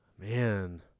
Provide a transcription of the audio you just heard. Man